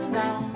now